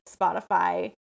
Spotify